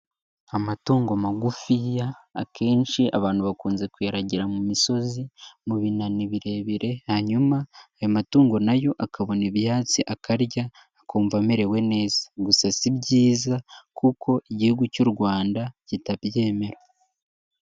Amatungo magufiya, akenshi abantu bakunze kuyaragira mu misozi, mu binani birebire, hanyuma ayo matungo na yo akabona ibyatsi akarya, akumva amerewe neza. Gusa si byiza kuko Igihugu cy'u Rwanda kitabyemera.